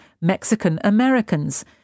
Mexican-Americans